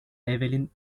evelyn